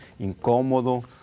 incómodo